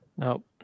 Nope